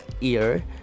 ear